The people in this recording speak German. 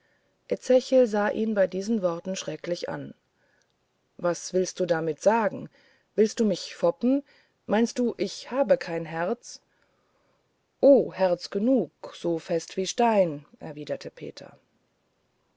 ezechiel sah ihn bei diesen worten schrecklich an was willst du damit sagen willst du mich foppen meinst du ich habe kein herz oh herz genug so fest wie stein erwiderte peter